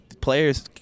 players –